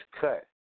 cut